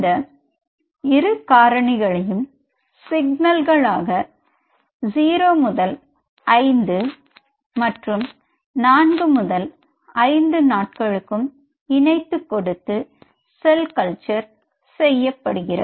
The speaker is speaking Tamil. இந்த இரு காரணிகளையும் சிக்னல்களாக ௦ 5 மற்றும் 4 5 நாட்களுக்கும் இணைத்து கொடுத்து செல் கல்ச்சர் செய்யப்படுகிறது